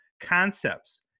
Concepts